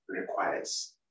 requires